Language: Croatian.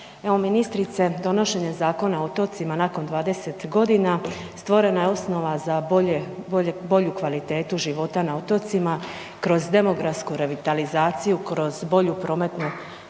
ministrice, donošenjem Zakona o otocima nakon 20 godina stvorena je osnova za bolju kvalitetu života na otocima kroz demografsku revitalizaciju, kroz bolju prometnu povezanost,